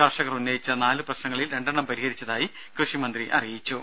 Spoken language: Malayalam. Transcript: കർഷകർ ഉന്നയിച്ച നാലു പ്രശ്നങ്ങളിൽ രണ്ടെണ്ണം പരിഹരിച്ചതായി കൃഷി മന്ത്രി അറിയിച്ചു